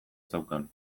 zeukan